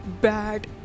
bad